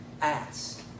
asked